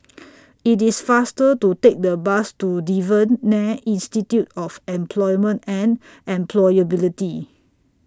IT IS faster to Take The Bus to Devan Nair Institute of Employment and Employability